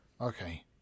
Okay